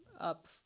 up